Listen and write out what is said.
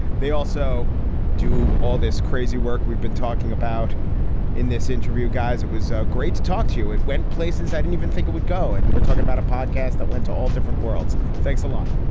they also do all this crazy work we've been talking about in this interview. guys, it was great to talk to you. it went places i didn't even think it would go. and we're talking about a podcast that went to all different worlds. thanks a lot.